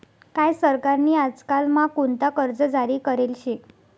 काय सरकार नी आजकाल म्हा कोणता कर्ज जारी करेल शे